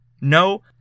No